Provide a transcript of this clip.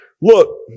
look